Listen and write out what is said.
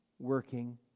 working